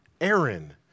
Aaron